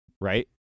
Right